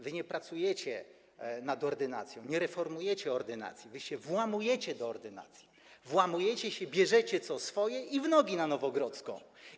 Wy nie pracujecie nad ordynacją, nie reformujecie ordynacji, wy się włamujecie do ordynacji, włamujecie się, bierzecie, co swoje, i w nogi na Nowogrodzką.